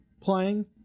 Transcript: playing